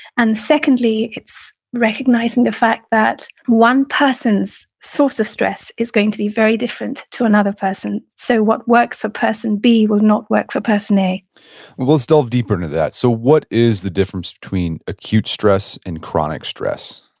and secondly, it's recognizing the fact that one person's source of stress is going to be very different to another person. so what works a person b will not work for a person a we'll delve deeper into that. so what is the difference between acute stress and chronic stress?